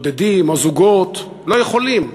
בודדים או זוגות לא יכולים.